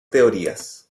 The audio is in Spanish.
teorías